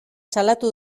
salatu